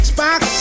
Xbox